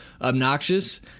obnoxious